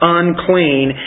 unclean